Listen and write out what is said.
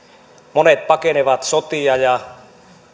monet pakenevat sotia ja